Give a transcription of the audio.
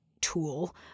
tool